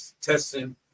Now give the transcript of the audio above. testing